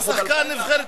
זה שחקן נבחרת,